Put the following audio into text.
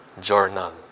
journal